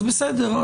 אז בסדר.